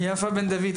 יפה בן דוד,